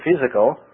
physical